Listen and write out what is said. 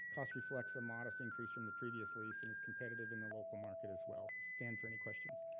cost reflects a modest increase from the previous lease and it's competitive in the local market as well. stand for any questions.